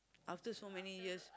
after so many years